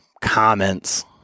comments